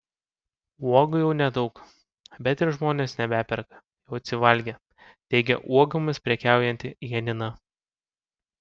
uogų jau nedaug bet ir žmonės nebeperka jau atsivalgė teigė uogomis prekiaujanti janina